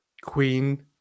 queen